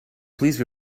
please